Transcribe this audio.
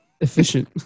efficient